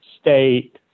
state